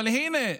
אבל הינה,